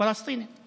פלסטיניים